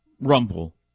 rumble